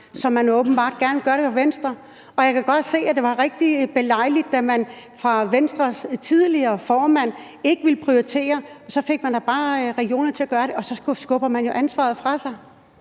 som man åbenbart gerne vil gøre det fra Venstres side. Og jeg kan godt se, at det var rigtig belejligt, da man fra Venstres tidligere formands side ikke ville prioritere, for så fik man da bare regionerne til at gøre det, og så skubber man jo ansvaret fra sig.